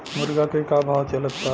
मुर्गा के का भाव चलता?